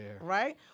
Right